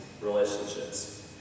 relationships